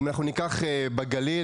אם ניקח בגליל,